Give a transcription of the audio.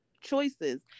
choices